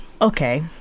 Okay